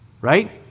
right